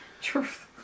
Truth